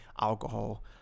alcohol